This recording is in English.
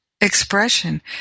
expression